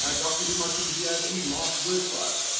ah dr. demartini do you have any last words for us?